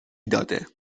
داده